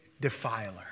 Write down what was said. defiler